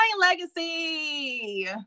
Legacy